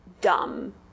dumb